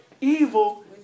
evil